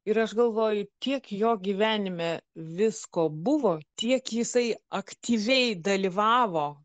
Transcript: ir aš galvoju tiek jo gyvenime visko buvo tiek jisai aktyviai dalyvavo